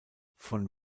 von